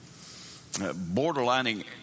borderlining